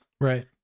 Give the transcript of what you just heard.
Right